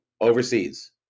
overseas